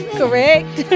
correct